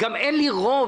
אין גם לי רוב,